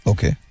Okay